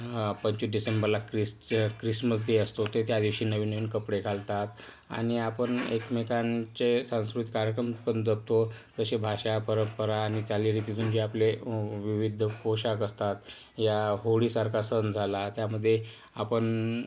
पंचवीस डिसेंबरला Christ Christmas day असतो ते त्या दिवशी नवीन नवीन कपडे घालतात आणि आपण एकमेकांचे संस्कृत कार्यक्रम पण जगतो तसे भाषा परंपरा आणि चालीरीती जुने आपले विविध पोशाख असतात या होळीसारखा सण झाला त्यामध्ये आपण